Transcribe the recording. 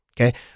Okay